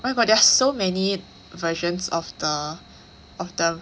oh my god there are so many versions of the of the